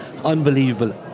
Unbelievable